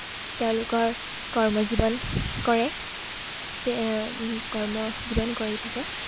তেওঁলোকৰ কৰ্ম জীৱন কৰে কৰ্ম জীৱন কৰি থাকে